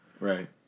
Right